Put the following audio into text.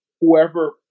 whoever